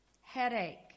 Headache